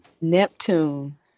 Neptune